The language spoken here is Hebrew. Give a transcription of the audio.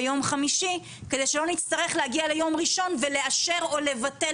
ביום חמישי על מנת שלא נצטרך להגיע ליום ראשון ולאשר או לבטל